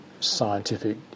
scientific